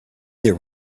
there